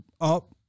up